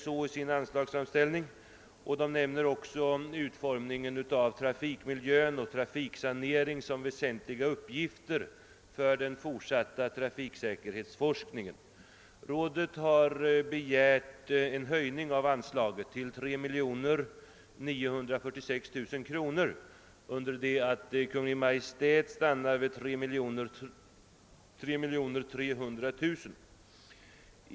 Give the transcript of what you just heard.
I sin anslagsframställning framhåller rådet detta och nämner också utformningen av trafikmiljön och trafiksanering som väsentliga arbetsuppgifter för den fortsatta trafiksäkerhetsforskningen. Rådet har begärt en höjning av anslaget till 3 946 000 kronor, under det att Kungl. Maj:t stannat vid 3 300 000 kronor.